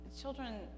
children